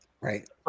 Right